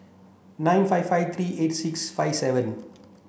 nine five five three eight six five seven